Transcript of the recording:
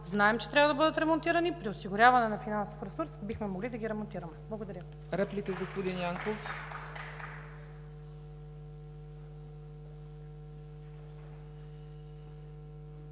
Знаем, че трябва да бъдат ремонтирани. При осигуряване на финансов ресурс бихме могли да ги ремонтираме. Благодаря.